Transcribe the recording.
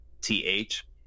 th